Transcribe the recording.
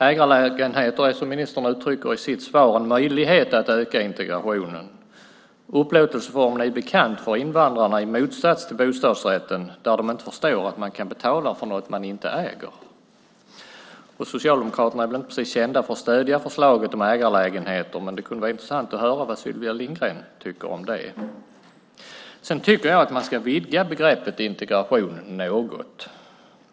Ägarlägenheter är, som ministern uttrycker i sitt svar, en möjlighet att öka integrationen. Upplåtelseformen är bekant för invandrarna i motsats till bostadsrätten, där de inte förstår att man kan betala för något som man inte äger. Socialdemokraterna är väl inte precis kända för att stödja förslaget om ägarlägenheter, men det kunde vara intressant att höra vad Sylvia Lindgren tycker om det. Jag tycker att man ska vidga begreppet integration något.